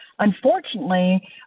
Unfortunately